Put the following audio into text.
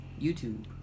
YouTube